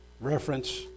reference